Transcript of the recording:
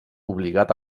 obligat